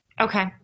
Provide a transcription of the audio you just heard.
Okay